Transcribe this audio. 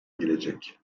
gelecek